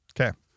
Okay